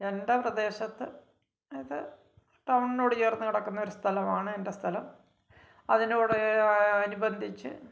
എന്റെ പ്രദേശത്ത് അത് ടൗണിനോട് ചേർന്ന് കിടക്കുന്ന ഒരു സ്ഥലമാണ് എന്റെ സ്ഥലം അതിനോട് അനുബന്ധിച്ച്